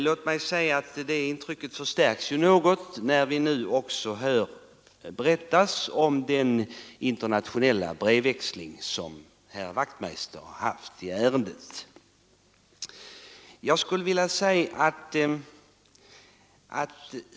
Intrycket av att avståndet förändrar synen förstärks något när vi hör berättas om den internationella brevväxling som herr Wachtmeister i Johannishus har haft i ärendet.